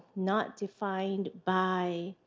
not defined by